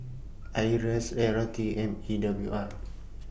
IRAS L R T and E W R